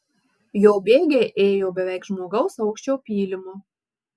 jo bėgiai ėjo beveik žmogaus aukščio pylimu